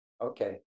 okay